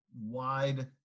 wide